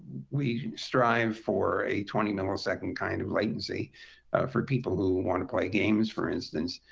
we strive for a twenty millisecond kind of latency for people who want to play games, for instance.